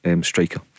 striker